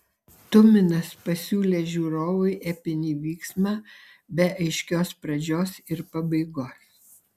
tuminas pasiūlė žiūrovui epinį vyksmą be aiškios pradžios ir pabaigos